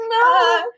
no